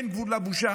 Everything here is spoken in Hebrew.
אין גבול לבושה?